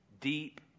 deep